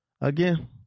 again